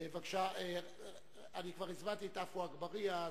בבקשה, חבר הכנסת עפו אגבאריה.